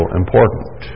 important